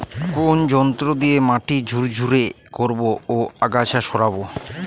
কোন যন্ত্র দিয়ে মাটি ঝুরঝুরে করব ও আগাছা সরাবো?